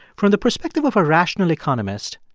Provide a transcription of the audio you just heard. from the perspective of a rational economist,